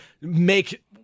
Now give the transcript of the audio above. make